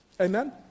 amen